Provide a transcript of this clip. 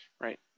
right